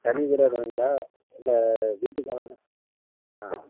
தனி வீடா வேணுங்களா இல்லை வீட்டுக்காரங்க ஆ